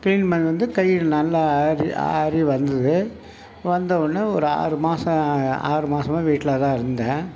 clean பண்ணதுலருந்து கை நல்லா ஆறி ஆறி வந்தது வந்தவுடனே ஒரு ஆறு மாசம் ஆறு மாசமாக வீட்டில் தான் இருந்தேன்